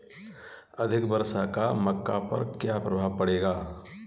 अधिक वर्षा का मक्का पर क्या प्रभाव पड़ेगा?